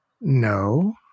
No